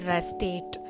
state